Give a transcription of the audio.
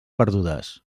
perdudes